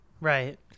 Right